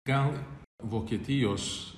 gal vokietijos